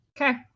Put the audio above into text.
okay